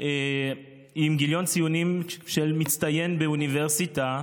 עם גיליון ציונים של מצטיין אוניברסיטה,